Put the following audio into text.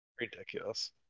Ridiculous